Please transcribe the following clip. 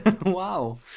Wow